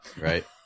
right